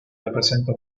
representa